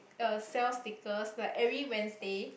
uh sell stickers like every Wednesday